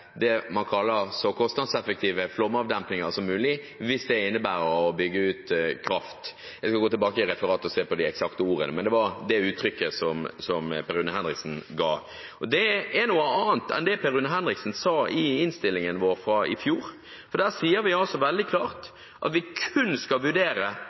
det man kaller så kostnadseffektive klimaavdempinger som mulig – hvis det innebærer å bygge ut kraft. Jeg skal gå tilbake i referatet og se på de eksakte ordene, men det var nok det uttrykket Per Rune Henriksen brukte. Det er noe annet enn det Per Rune Henriksen sa i forbindelse med innstilligen i fjor. Der sier man altså veldig klart at man kun skal vurdere